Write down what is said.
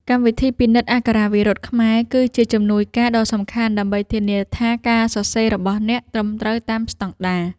កម្មវិធីពិនិត្យអក្ខរាវិរុទ្ធខ្មែរ គឺជាជំនួយការដ៏សំខាន់ដើម្បីធានាថាការសរសេររបស់អ្នកត្រឹមត្រូវតាមស្ដង់ដារ។